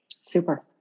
Super